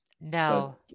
No